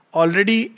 already